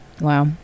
Wow